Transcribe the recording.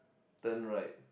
turn right